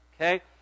Okay